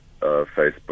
Facebook